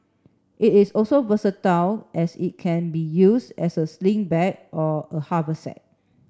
it is also versatile as it can be used as a sling bag or a haversack